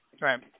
Right